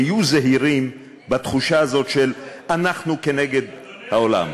היו זהירים בתחושה הזאת של אנחנו כנגד העולם.